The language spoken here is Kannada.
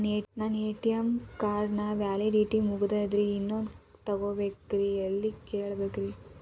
ನನ್ನ ಎ.ಟಿ.ಎಂ ಕಾರ್ಡ್ ನ ವ್ಯಾಲಿಡಿಟಿ ಮುಗದದ್ರಿ ಇನ್ನೊಂದು ತೊಗೊಬೇಕ್ರಿ ಎಲ್ಲಿ ಕೇಳಬೇಕ್ರಿ?